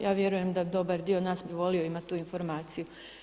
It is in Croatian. Ja vjerujem da dobar dio nas bi volio imati tu informaciju.